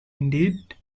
indeed